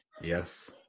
Yes